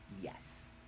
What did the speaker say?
yes